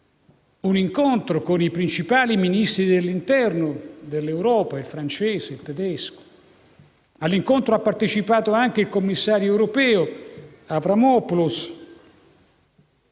un incontro con i principali Ministri dell'interno dell'Europa (il francese e il tedesco), al quale ha partecipato anche il commissario europeo Avramopoulos.